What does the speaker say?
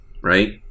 right